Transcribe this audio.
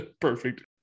Perfect